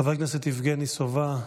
חבר הכנסת יבגני סובה,